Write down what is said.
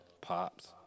Pops